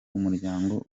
umuryango